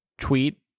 tweet